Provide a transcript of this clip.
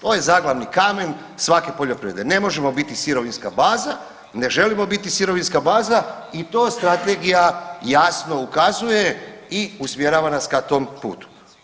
To je zaglavni kamen svake poljoprivrede, ne možemo biti sirovinska baza, ne želimo biti sirovinska baza i to strategija jasno ukazuje i usmjerava nas ka tom putu.